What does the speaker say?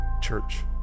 church